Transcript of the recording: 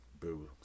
Boo